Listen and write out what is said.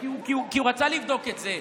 כי הוא רצה לבדוק את זה.